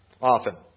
often